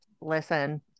listen